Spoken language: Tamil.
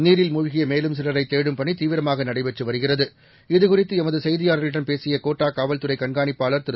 நீரில் மூழ்கிய மேலும் சிலரை தேடும் பணி தீவிரமாக நடடபெற்று வருகிறது இதுகுறித்து எமது செய்தியாளரிடம் பேசிய கோட்டா காவல்துறை கண்காணிப்பாளர் திரு